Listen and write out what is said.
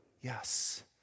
Yes